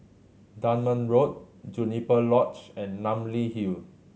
Dunman Road Juniper Lodge and Namly Hill